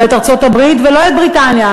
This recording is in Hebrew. לא את ארצות-הברית ולא את בריטניה,